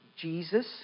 Jesus